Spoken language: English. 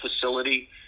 facility